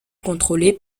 contrôlée